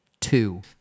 two